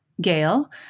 Gail